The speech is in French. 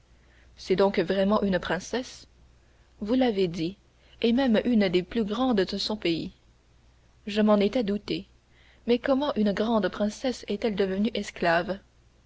c'est donc vraiment une princesse vous l'avez dit et même une des plus grandes de son pays je m'en étais douté mais comment une grande princesse est-elle devenue esclave